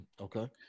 Okay